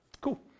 Cool